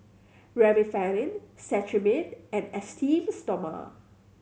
Remifemin Cetrimide and Esteem Stoma